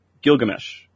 Gilgamesh